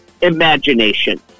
imagination